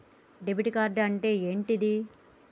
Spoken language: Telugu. డెబిట్ కార్డ్ అంటే ఏంటిది?